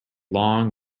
long